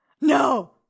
No